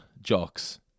jocks